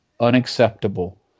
unacceptable